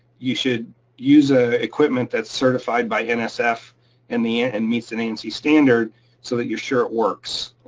you should use ah equipment that's certified by and so nsf and ah and meets an ansi standard so that you are sure it works,